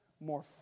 more